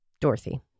Dorothy